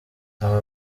aba